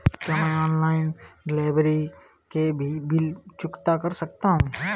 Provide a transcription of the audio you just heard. क्या मैं online delivery के भी बिल चुकता कर सकता हूँ?